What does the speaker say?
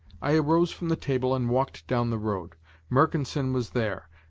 i arose from the table and walked down the road mercanson was there.